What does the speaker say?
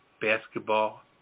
basketball